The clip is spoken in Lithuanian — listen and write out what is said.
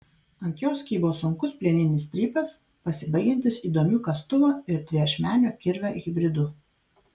ant jos kybo sunkus plieninis strypas pasibaigiantis įdomiu kastuvo ir dviašmenio kirvio hibridu